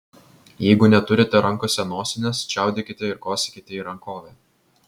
jeigu neturite rankose nosinės čiaudėkite ir kosėkite į rankovę